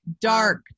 dark